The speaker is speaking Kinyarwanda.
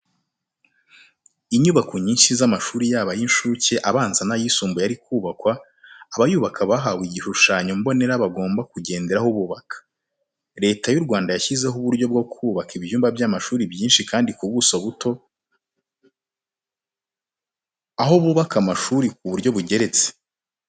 Inyubako nyinshi z'amashuri yaba ay'incuke, abanza n'ayisumbuye ari kubakwa, abayubaka bahawe igishushanyo mbonera bagomba kugenderaho bubaka. Leta y'u Rwanda yashyizeho uburyo bwo kubaka ibyumba by'amashuri byinshi kandi ku buso buto, aho bubaka amashuri ku buryo bugeretse.